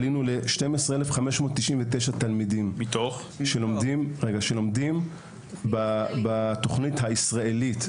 עלינו ל-12,599 תלמידים שלומדים בתוכנית הלימודים הישראלית.